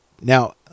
Now